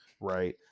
Right